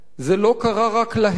זה לא קרה רק להם,